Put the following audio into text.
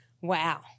Wow